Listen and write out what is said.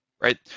Right